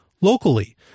locally